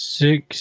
six